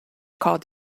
called